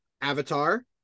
Avatar